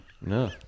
No